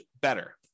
better